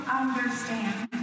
understand